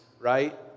right